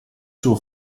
suo